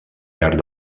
llarg